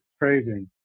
Craving